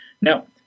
Now